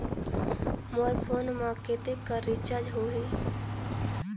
मोर phone मा कतेक कर रिचार्ज हो ही?